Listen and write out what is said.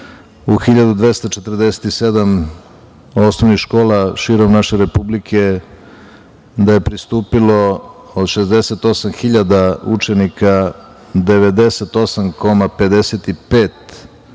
u 1.247 osnovnih škola širom naše Republike pristupilo od 68.000 učenika 98,55% đaka